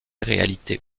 réalité